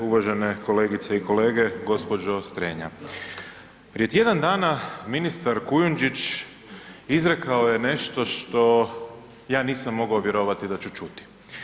Uvažene kolegice i kolege, gospođo Strenja, prije tjedan dana ministar Kujundžić izrekao je nešto što ja nisam mogao vjerovati da ću čuti.